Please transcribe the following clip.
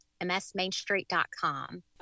msmainstreet.com